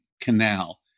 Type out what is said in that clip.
canal